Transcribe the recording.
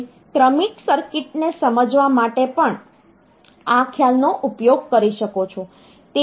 તમે ક્રમિક સર્કિટને સમજવા માટે પણ આ ખ્યાલનો ઉપયોગ કરી શકો છો